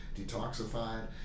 detoxified